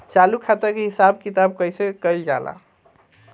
चालू खाता के हिसाब किताब कइसे कइल जाला?